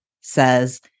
says